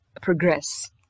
progress